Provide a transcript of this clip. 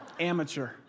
amateur